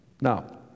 Now